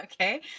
Okay